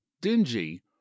dingy